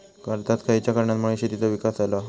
भारतात खयच्या कारणांमुळे शेतीचो विकास झालो हा?